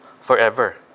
forever